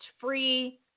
free